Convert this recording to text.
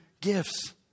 gifts